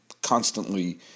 Constantly